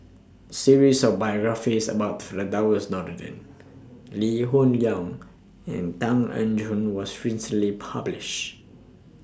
series of biographies about Firdaus Nordin Lee Hoon Leong and Tan Eng Joo was recently published